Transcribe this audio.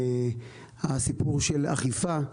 הסיפור של אכיפה,